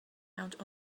out